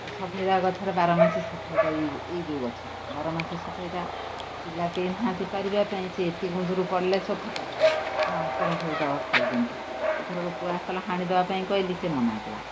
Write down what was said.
ଆଉ ସପେଟା ଗଛରେ ବାର ମାସୀ ସପେଟା ଏଇ ଏଇ ଯେଉଁ ଗଛଟା ବାର ମାସେ ସପେଟା ପିଲାକେହି ନାହାନ୍ତି ପାରିବା ପାଇଁ ସେ ଏତିକି ଉଁଞ୍ଚୁରୁ ପଡ଼ିଲେ ସବୁ ଫାଟିଯିବ ମାଙ୍କଡ଼ ସବୁ ଦଳ ଖାଉଛନ୍ତି ଏଇଥରକ ପୁଆ ଆସିଥିଲା ହାଣିଦବା ପାଇଁ କହିଲି ସେ ମନା କଲା